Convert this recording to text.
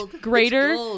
greater